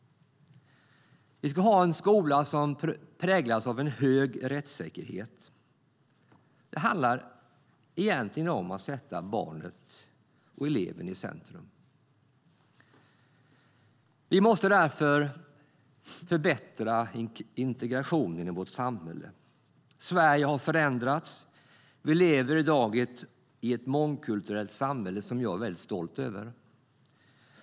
Vi ska ha en skola som präglas av hög rättssäkerhet. Det handlar egentligen om att sätta barnet och eleven i centrum. Vi måste därför förbättra integrationen i vårt samhälle. Sverige har förändrats. Vi lever i dag i ett mångkulturellt samhälle som jag är väldigt stolt över.